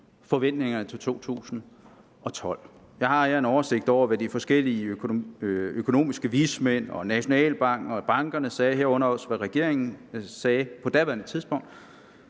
forventningerne til 2012. Jeg har en oversigt over, hvad de forskellige økonomiske vismænd og Nationalbanken og bankerne sagde, herunder også hvad regeringen sagde på daværende tidspunkt,